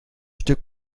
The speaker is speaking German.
stück